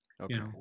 okay